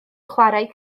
chwarae